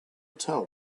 tell